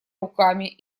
руками